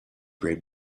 great